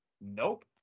Nope